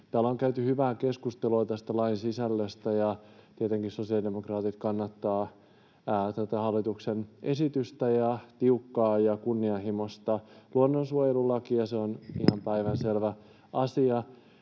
Täällä on käyty hyvää keskustelua tästä lain sisällöstä, ja tietenkin sosiaalidemokraatit kannattavat tätä hallituksen esitystä ja tiukkaa ja kunnianhimoista luonnonsuojelulakia, se on ihan päivänselvä asia.